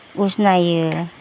उजनायो